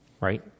right